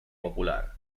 popular